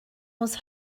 was